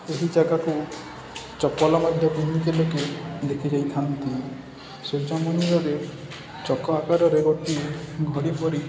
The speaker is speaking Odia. ଏହି ଜାଗାକୁ ଚପଲ ମଧ୍ୟ ଭୂମି ଦେଖି ଯାଇଥାନ୍ତି ସୂର୍ଯ୍ୟ ମନ୍ଦିରରେ ଚକ ଆକାରରେ ଗୋଟି ଘଡ଼ି ପରି